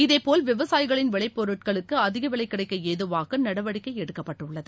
இதேபோல் விவசாயிகளின் விளைப்பொருட்களுக்கு அதிக விலை கிடைக்க ஏதுவாக நடவடிக்கை எடுக்கப்பட்டுள்ளது